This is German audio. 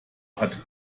hat